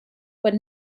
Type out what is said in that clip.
but